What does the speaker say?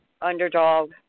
underdog